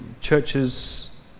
Churches